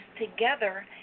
together